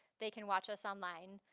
they can watch us online.